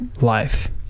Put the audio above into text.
life